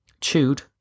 Chewed